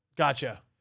Gotcha